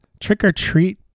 trick-or-treat